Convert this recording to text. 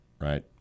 Right